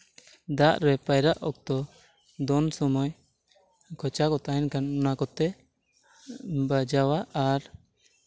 ᱫᱟᱜ ᱨᱮ ᱯᱟᱭᱨᱟᱜ ᱚᱠᱛᱚ ᱫᱚᱱ ᱥᱚᱢᱚᱭ ᱠᱷᱚᱪᱟ ᱠᱚ ᱛᱟᱦᱮᱱ ᱠᱷᱟᱱ ᱚᱱᱟ ᱠᱚᱛᱮ ᱵᱟᱡᱟᱣᱟ ᱟᱨ